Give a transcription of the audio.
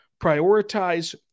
Prioritize